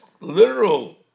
literal